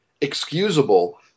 excusable